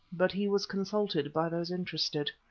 but he was consulted by those interested.